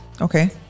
Okay